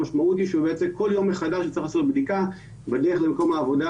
המשמעות היא שהוא בעצם כל יום מחדש צריך לעשות בדיקה בדרך למקום העבודה.